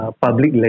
public